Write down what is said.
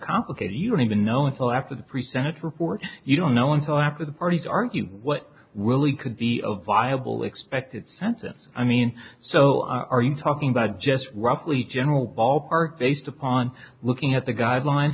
complicated you don't even know until after the pre sentence report you don't know until after the parties argue what willie could be a viable expected census i mean so are you talking about just roughly general ballpark based upon looking at the guidelines